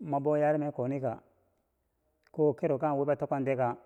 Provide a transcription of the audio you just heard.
mo bo u yarime ko nika, kokero kanghe wi ba tokkangtiye ka?